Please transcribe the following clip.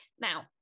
Now